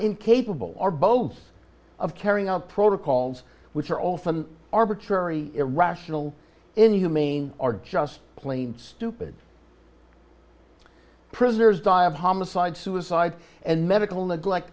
incapable or both of carrying out protocols which are often arbitrary irrational inhumane or just plain stupid prisoners die of homicide suicide and medical neglect